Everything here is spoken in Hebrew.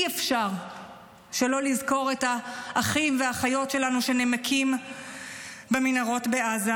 אי-אפשר שלא לזכור את האחים והאחיות שלנו שנמקים במנהרות בעזה,